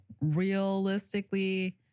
Realistically